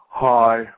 Hi